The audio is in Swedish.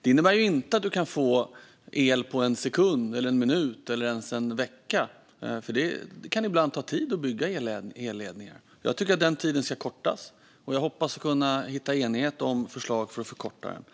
Det innebär inte att du kan få el på en sekund, en minut eller ens en vecka, för det kan ibland ta tid att bygga elledningar. Jag tycker att den tiden ska kortas, och jag hoppas kunna hitta enighet om förslag för att förkorta den.